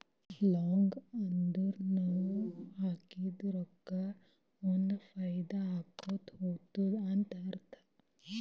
long ಅಂದುರ್ ನಾವ್ ಹಾಕಿದ ರೊಕ್ಕಾ ಮುಂದ್ ಫೈದಾ ಆಕೋತಾ ಹೊತ್ತುದ ಅಂತ್ ಅರ್ಥ